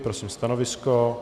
Prosím stanovisko.